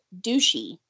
douchey